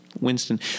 Winston